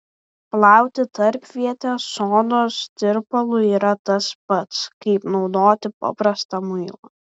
plauti tarpvietę sodos tirpalu yra tas pats kaip naudoti paprastą muilą